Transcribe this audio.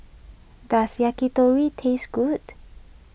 does Yakitori taste good